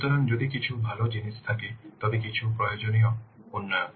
সুতরাং যদি কিছু ভাল জিনিস থাকে তবে কিছু প্রয়োজনীয় উন্নয়ন